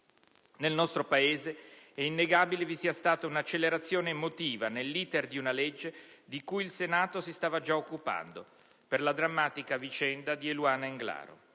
Nel nostro Paese è innegabile vi sia stata una accelerazione emotiva nell'*iter* di una legge di cui il Senato si stava già occupando per la drammatica vicenda di Eluana Englaro.